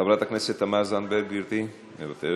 חברת הכנסת תמר זנדברג, גברתי, מוותרת.